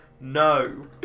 No